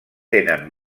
tenen